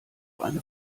eine